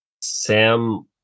Sam